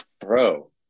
Bro